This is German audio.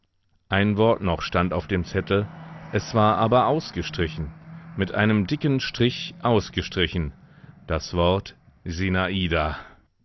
ein wort noch stand auf dem zettel es war aber ausgestrichen mit einem dicken strich ausgestrichen das wort sinada